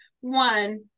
One